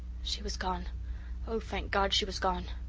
she was gone oh, thank god, she was gone!